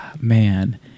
Man